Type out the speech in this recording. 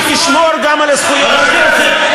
שתשמור גם על הזכויות שלכם,